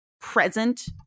present